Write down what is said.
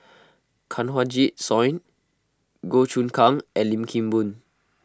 Kanwaljit Soin Goh Choon Kang and Lim Kim Boon